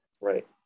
Right